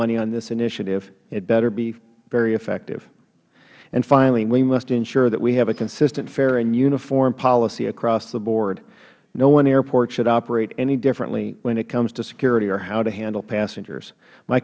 money on this initiative it better be very effective finally we must ensure that we have a consistent fair and uniform policy across the board no one airport should operate any differently when it comes to security or how to handle passengers my